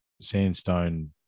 sandstone